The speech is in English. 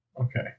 Okay